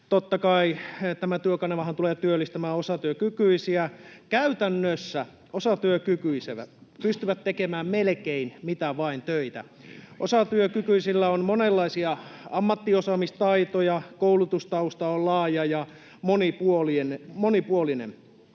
Totta kai tämä Työkanavahan tulee työllistämään osatyökykyisiä. Käytännössä osatyökykyiset pystyvät tekemään melkein mitä vain töitä. Osatyökykyisillä on monenlaisia ammattiosaamistaitoja. Koulutustausta on laaja ja monipuolinen.